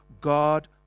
God